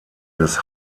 des